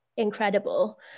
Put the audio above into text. incredible